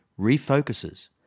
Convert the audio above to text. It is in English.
refocuses